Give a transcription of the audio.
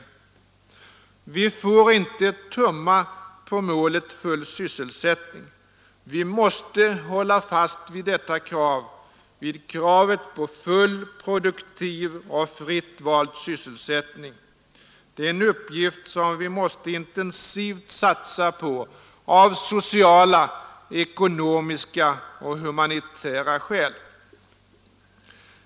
Vi får inte tumma på målet ”full sysselsättning”. Vi måste hålla fast vid detta krav, vid kravet på full, produktiv och fritt vald sysselsättning. Det är en uppgift som vi måste intensivt satsa på av sociala, ekonomiska och humanitära skäl.